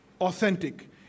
authentic